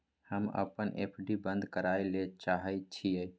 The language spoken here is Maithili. हम अपन एफ.डी बंद करय ले चाहय छियै